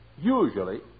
usually